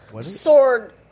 sword